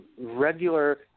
regular